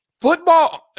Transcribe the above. football